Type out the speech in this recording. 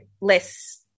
less